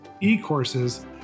e-courses